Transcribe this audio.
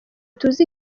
tuzi